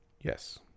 Yes